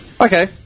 Okay